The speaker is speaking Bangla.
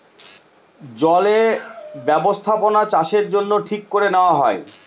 জলে বস্থাপনাচাষের জন্য ঠিক করে নেওয়া হয়